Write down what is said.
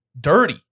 dirty